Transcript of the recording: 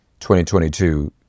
2022